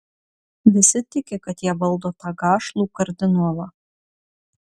visi tiki kad jie valdo tą gašlų kardinolą